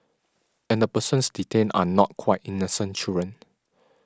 and the persons detained are not quite innocent children